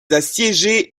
assiégés